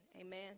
Amen